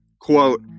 quote